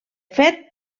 fet